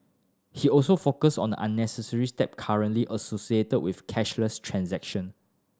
he also focused on the unnecessary step currently associated with cashless transaction